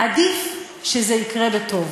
עדיף שזה יקרה בטוב.